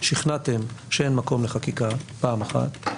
שכנעתם שאין מקום לחקיקה פעם אחת,